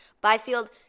Byfield